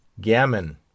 Gammon